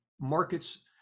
markets